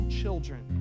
children